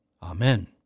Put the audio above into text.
Amen